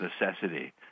necessity